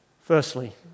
Firstly